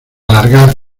alargar